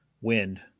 wind